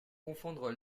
confondre